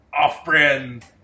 Off-brand